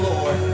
Lord